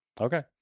Okay